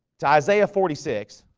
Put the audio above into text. to isaiah forty six